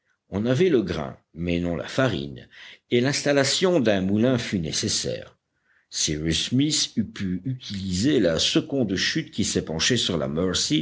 on avait le grain mais non la farine et l'installation d'un moulin fut nécessaire cyrus smith eût pu utiliser la seconde chute qui s'épanchait sur la